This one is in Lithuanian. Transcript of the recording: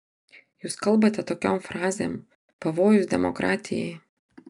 jūs kalbate tokiom frazėm pavojus demokratijai